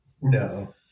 No